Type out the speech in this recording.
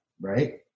right